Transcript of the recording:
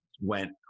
went